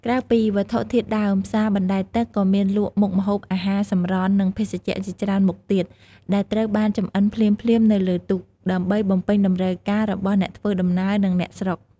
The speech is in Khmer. ក្រៅពីវត្ថុធាតុដើម ផ្សារបណ្តែតទឹកក៏មានលក់មុខម្ហូបអាហារសម្រន់ និងភេសជ្ជៈជាច្រើនមុខទៀត ដែលត្រូវបានចម្អិនភ្លាមៗនៅលើទូក ដើម្បីបំពេញតម្រូវការរបស់អ្នកធ្វើដំណើរ និងអ្នកស្រុក។